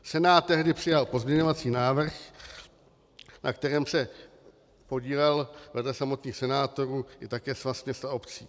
Senát tehdy přijal pozměňovací návrh, na kterém se podílel vedle samotných senátorů také Svaz měst a obcí.